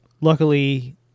Luckily